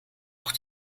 auch